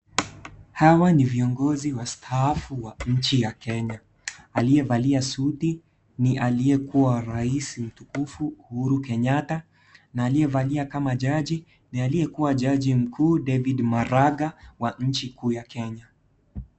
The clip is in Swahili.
Hawa ni viongozi wastaafu wa nchi ya Kenya. Alie valia suti ni alie kuwa raisi mtukufu Uhuru Kenyatta, na alie valia kama jaji ni alie kuwa jaji mkuu David Maraga wa mchi kuu ya Kenya.